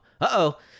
Uh-oh